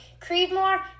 Creedmoor